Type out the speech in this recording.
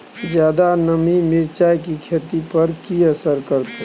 ज्यादा नमी मिर्चाय की खेती पर की असर करते?